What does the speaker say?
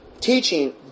teaching